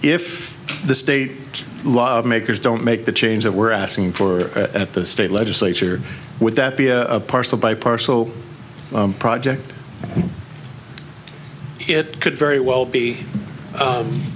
if the state law makers don't make the change that we're asking for at the state legislature would that be a parcel by parcel project it could very well be